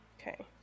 Okay